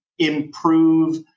improve